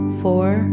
four